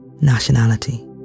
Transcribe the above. nationality